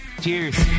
Cheers